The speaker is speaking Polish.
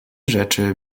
rzeczy